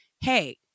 hey